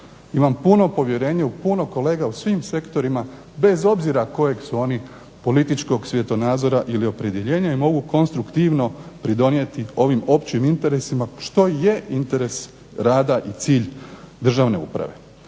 Imam puno povjerenje u puno kolega u svim sektorima bez obzira kojeg su oni političkog svjetonazora ili opredjeljenja i mogu konstruktivno pridonijeti ovim općim interesima što je interes rada i cilj državne uprave.